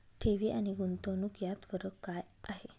ठेवी आणि गुंतवणूक यात फरक काय आहे?